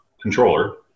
controller